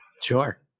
sure